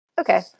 Okay